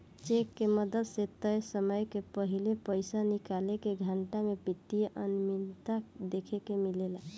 check के मदद से तय समय के पाहिले पइसा निकाले के घटना में वित्तीय अनिमियता देखे के मिलेला